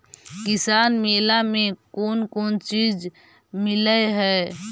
किसान मेला मे कोन कोन चिज मिलै है?